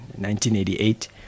1988